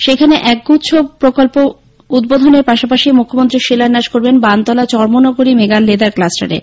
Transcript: সেখানে একগুচ্ছ প্রকল্প উদ্বোধনের পাশাপাশি মুখ্যমন্ত্রী শিলান্যাস করবেন বানতলা চর্মনগরীর মেগা লেদার ক্লাস্টারের